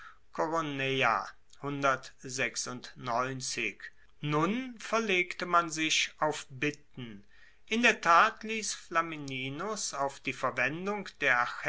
koroneia nun verlegte man sich auf bitten in der tat liess flamininus auf die verwendung der